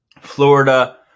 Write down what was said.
Florida